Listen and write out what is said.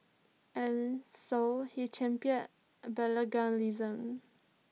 and so he championed bilingualism